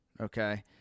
Okay